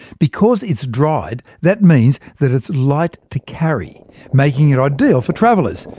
because it's dried, that means that it's light to carry making it ideal for travellers.